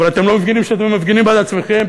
אבל אתם לא מבינים שאתם מפגינים בעד עצמכם,